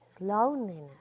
loneliness